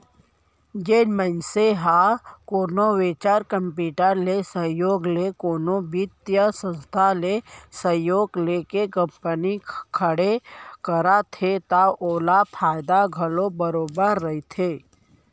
जेन मनसे ह कोनो वेंचर कैपिटल के सहयोग ले कोनो बित्तीय संस्था ले सहयोग लेके कंपनी खड़े करत हे त ओला फायदा घलोक बरोबर रहिथे